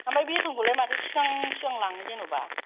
ओमफ्राय बेतनखौलाय मानो सिगां सिगां लाङो जेन'बा